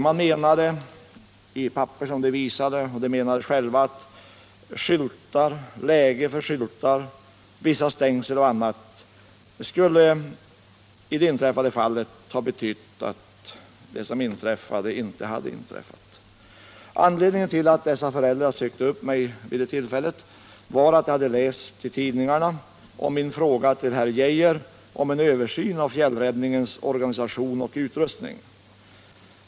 De menade att skyltar, ett annat läge för skyltar, vissa signaler och annat i det inträffade fallet kunde ha betytt att olyckan inte hänt. Anledningen till att dessa föräldrar sökte upp mig var att de i tidningarna hade läst om min fråga till herr Geijer om en översyn av fjällräddningens organisation och utrustning.